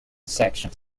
sections